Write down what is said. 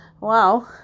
wow